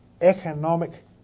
Economic